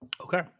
Okay